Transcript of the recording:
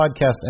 podcast